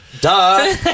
duh